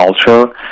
culture